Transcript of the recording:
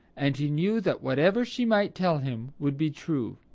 and he knew that whatever she might tell him would be true.